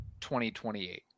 2028